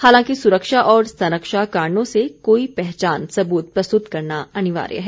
हालांकि सुरक्षा और संरक्षा कारणों से कोई पहचान सबूत प्रस्तुत करना अनिवार्य है